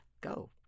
go